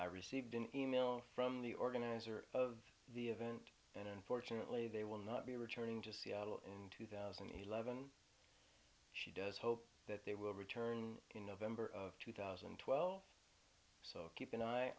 i received an email from the organizer of the event and unfortunately they will not be returning to seattle in two thousand and eleven yes she does hope that they will return in november of two thousand and twelve so keep an eye